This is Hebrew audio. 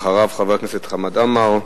אחרי חבר הכנסת טיבייב, חבר הכנסת חמד עמאר.